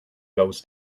goes